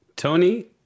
Tony